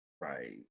right